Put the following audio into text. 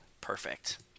Perfect